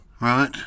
Right